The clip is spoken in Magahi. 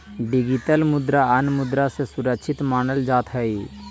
डिगितल मुद्रा अन्य मुद्रा से सुरक्षित मानल जात हई